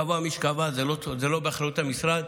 קבע מי שקבע, זה לא באחריות המשרד,